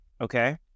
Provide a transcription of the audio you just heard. Okay